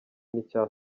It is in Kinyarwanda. n’icya